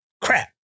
Crap